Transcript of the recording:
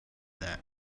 that